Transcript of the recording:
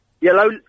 Yellow